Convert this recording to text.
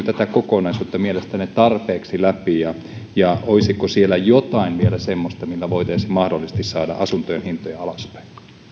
tätä kokonaisuutta mielestänne tarpeeksi läpi olisiko siellä vielä jotain semmoista millä voitaisiin mahdollisesti saada asuntojen hintoja alaspäin